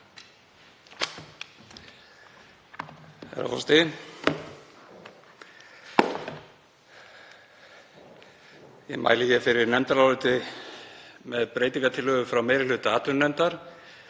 Ég mæli hér fyrir nefndaráliti með breytingartillögu frá meiri hluta atvinnuveganefndar